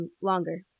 longer